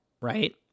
right